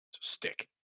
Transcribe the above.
Stick